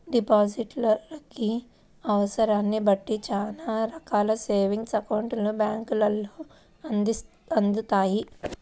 depositor కి అవసరాన్ని బట్టి చానా రకాల సేవింగ్స్ అకౌంట్లను బ్యేంకులు అందిత్తాయి